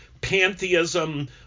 pantheism